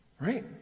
Right